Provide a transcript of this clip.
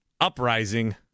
uprising